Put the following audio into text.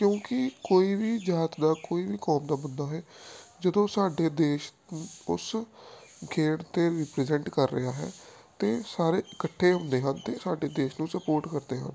ਕਿਉਂਕਿ ਕੋਈ ਵੀ ਜਾਤ ਦਾ ਕੋਈ ਵੀ ਕੌਮ ਦਾ ਬੰਦਾ ਹੈ ਜਦੋਂ ਸਾਡੇ ਦੇਸ਼ ਨੂੰ ਉਸ ਖੇਡ 'ਤੇ ਰੀਪ੍ਰਜੈਂਟ ਕਰ ਰਿਹਾ ਹੈ ਤਾਂ ਸਾਰੇ ਇਕੱਠੇ ਹੁੰਦੇ ਹਨ ਅਤੇ ਸਾਡੇ ਦੇਸ਼ ਨੂੰ ਸਪੋਰਟ ਕਰਦੇ ਹਨ